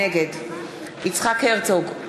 נגד יצחק הרצוג,